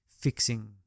fixing